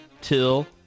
till